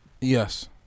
Yes